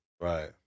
Right